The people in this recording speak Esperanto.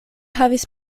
havis